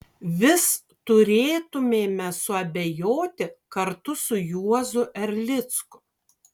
vis turėtumėme suabejoti kartu su juozu erlicku